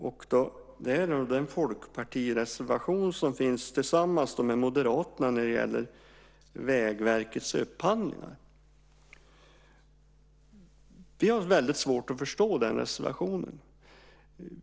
Det gäller den reservation som Folkpartiet har tillsammans med Moderaterna och som gäller Vägverkets upphandlingar. Vi har väldigt svårt att förstå den reservationen.